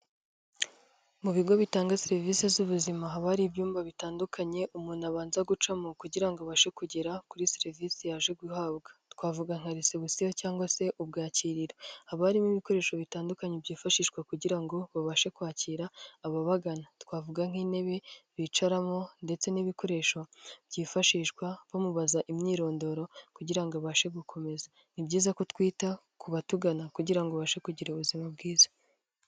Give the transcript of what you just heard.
Mu bigo bitanga serivise z'ubuzima haba hari ibyumba bitandukanye umuntu abanza gucamo kugira ngo abashe kugera kuri serivisi yaje guhabwa. Twavuga nka reception cyangwa se ubwakiriro. Haba harimo ibikoresho bitandukanye byifashishwa kugira ngo babashe kwakira ababagana. Twavuga nk'intebe bicaramo, ndetse n'ibikoresho byifashishwa bamubaza imyirondoro kugira ngo abashe gukomeza. Ni byiza ko twita ku batugana kugira ngo babashe kugira ubuzima bwiza.